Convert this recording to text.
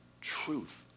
truth